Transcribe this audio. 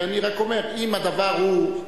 ואני רק אומר: אם הדבר הוא,